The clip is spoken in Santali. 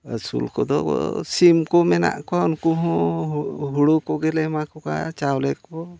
ᱟᱹᱥᱩᱞ ᱠᱚᱫᱚ ᱥᱤᱢ ᱠᱚ ᱢᱮᱱᱟᱜ ᱠᱚᱣᱟ ᱩᱱᱠᱩ ᱦᱚᱸ ᱦᱩᱲᱩ ᱠᱚᱜᱮᱞᱮ ᱮᱢᱟ ᱠᱚᱣᱟ ᱪᱟᱣᱞᱮ ᱠᱚ